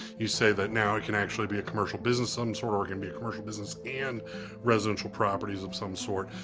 you say that now it can actually be a commercial business of some sort, or it can be a commercial business and residential properties of some sort.